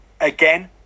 Again